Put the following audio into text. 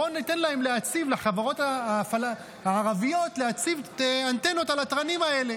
בואו ניתן לחברות הערביות להציב אנטנות על התרנים האלה.